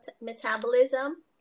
metabolism